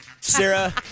Sarah